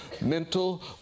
mental